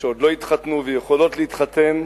שעוד לא התחתנו ויכולות להתחתן: